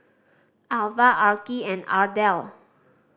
Alvah Arkie and Ardell